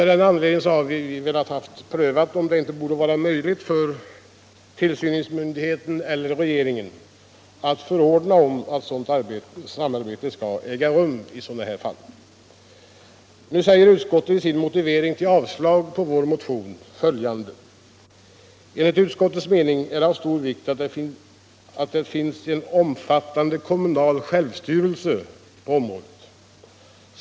Av den anledningen har vi velat få en prövning av frågan om det inte borde vara möjligt för tillsynsmyndigheten eller regeringen att förordna om att samarbete skall äga rum i sådana fall. Utskottet säger i sin motivering till avslag på vår motion följande: ”Enligt utskottets mening är det av stor vikt att det finns en omfattande kommunal självstyrelse på området.